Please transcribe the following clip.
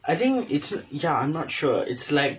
I think it's ya I'm not sure it's like